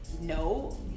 no